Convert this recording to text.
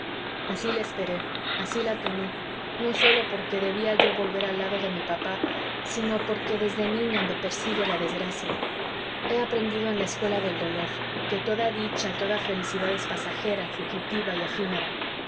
así la esperé así la temí no sólo porque debía yo volver al lado de mi papá sino porque desde niña me persigue la desgracia he aprendido en la escuela del dolor que toda dicha toda felicidad es pasajera fugitiva y